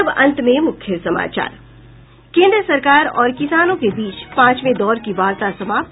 और अब अंत में मुख्य समाचार केंद्र सरकार और किसानों के बीच पांचवे दौर की वार्ता समाप्त